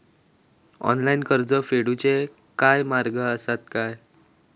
Online कर्ज फेडूचे काय मार्ग आसत काय?